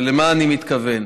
ולמה אני מתכוון?